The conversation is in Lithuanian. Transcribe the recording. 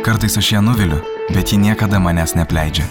kartais aš ją nuviliu bet ji niekada manęs neapleidžia